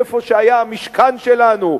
איפה שהיה המשכן שלנו,